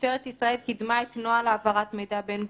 משטרת ישראל קידמה את נוהל העברת מידע בין גופים.